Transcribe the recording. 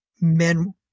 men